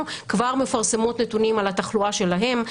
כבר מפרסמות נתונים על התחלואה שלהן,